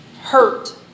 hurt